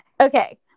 Okay